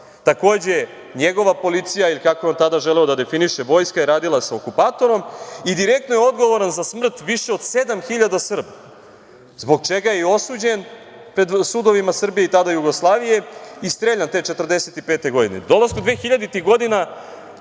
njegova policija ili kako je on tada želeo da definiše, vojska je radila sa okupatorom i direktno je odgovoran za smrt više od 7.000 Srba, zbog čega je i osuđen pred sudovima Srbije, tada Jugoslavije, i streljan te 1945. godine. Dolaskom dvehiljaditih